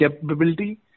capability